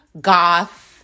Goth